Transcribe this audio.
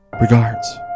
Regards